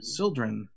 Sildren